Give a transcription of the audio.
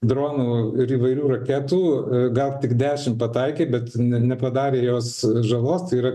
dronų ir įvairių raketų gal tik dešim pataikė bet nepadarė jos žalos tai yra